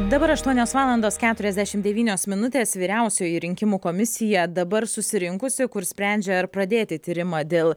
dabar aštuonios valandos keturiasdešim devynios minutės vyriausioji rinkimų komisija dabar susirinkusi kur sprendžia ar pradėti tyrimą dėl